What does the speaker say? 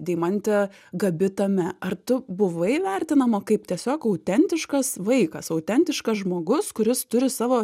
deimantė gabi tame ar tu buvai vertinama kaip tiesiog autentiškas vaikas autentiškas žmogus kuris turi savo